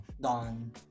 done